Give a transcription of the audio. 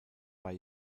bei